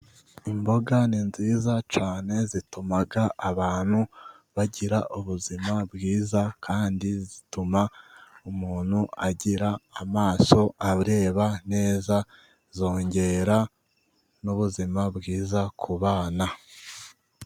Imboga ni nziza cyane zituma abantu bagira ubuzima bwiza kandi zituma umuntu agira amaso areba neza zongera n'ubuzima bwiza ku bana.